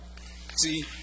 see